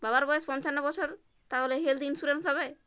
বাবার বয়স পঞ্চান্ন বছর তাহলে হেল্থ ইন্সুরেন্স হবে?